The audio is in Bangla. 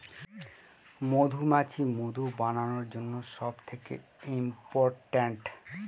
মধুমাছি মধু বানানোর জন্য সব থেকে ইম্পোরট্যান্ট